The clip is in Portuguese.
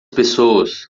pessoas